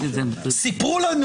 סיפרו לנו